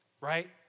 right